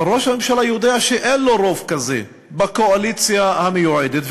וראש הממשלה יודע שאין לו רוב כזה בקואליציה המיועדת,